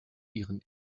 ihren